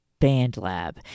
BandLab